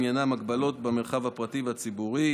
שעניינן הגבלות על המרחב הפרטי והציבורי,